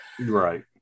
Right